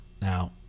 now